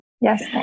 Yes